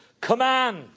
command